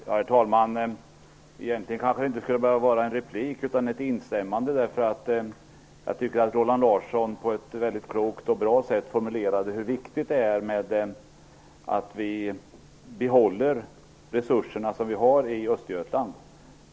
Herr talman! Egentligen kunde det vara ett instämmande. Jag tycker att Roland Larsson på ett väldigt klokt och bra sätt formulerade hur viktigt det är att vi behåller de resurser som vi i Östergötland.